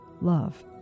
Love